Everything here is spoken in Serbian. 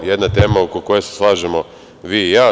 Evo, jedna tema oko koje se slažemo vi i ja.